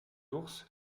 ours